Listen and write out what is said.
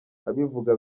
abivuga